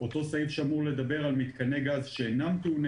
אותו סעיף שאמור לדבר על מיתקני גז שאינם טעוני